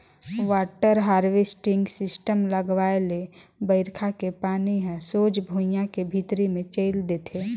water harvesting system लगवाए ले बइरखा के पानी हर सोझ भुइयां के भीतरी मे चइल देथे